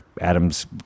Adam's